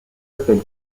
appels